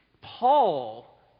Paul